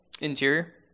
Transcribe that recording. interior